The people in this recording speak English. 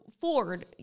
Ford